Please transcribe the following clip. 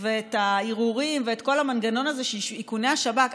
ואת הערעורים ואת כל המנגנון הזה של איכוני השב"כ,